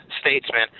statesman